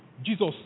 Jesus